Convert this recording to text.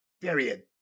Period